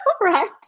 right